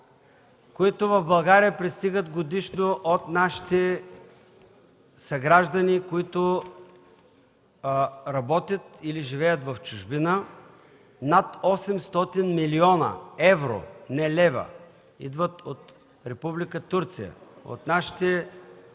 които пристигат годишно в България от нашите съграждани, които работят или живеят в чужбина, над 800 млн. евро, не лева, идват от Република Турция – от нашите съграждани,